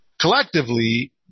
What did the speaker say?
Collectively